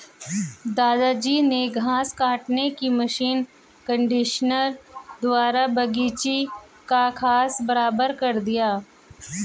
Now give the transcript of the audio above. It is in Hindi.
दादाजी ने घास काटने की मशीन कंडीशनर द्वारा बगीची का घास बराबर कर दिया